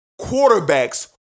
quarterbacks